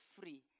free